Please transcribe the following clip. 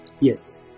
Yes